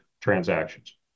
transactions